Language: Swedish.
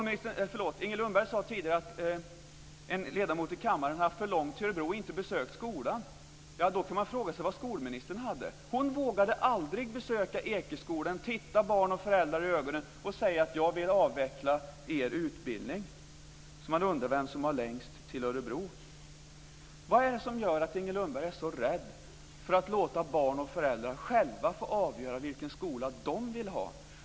Inger Lundberg sade tidigare att en ledamot i kammaren hade haft för långt till Örebro och inte besökt skolan. Då kan man fråga sig vad skolministern hade. Hon vågade aldrig besöka Ekeskolan, titta barn och föräldrar i ögonen och säga: Jag vill avveckla er utbildning. Man undrar vem som har längst till Örebro. Vad är det som gör att Inger Lundberg är så rädd för att låta barn och föräldrar själva få avgöra vilken skola de vill ha?